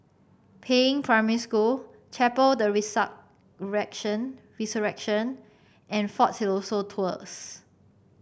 Peiying Primary School Chapel the rection Resurrection and Fort Siloso Tours